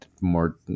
more